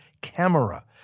CAMERA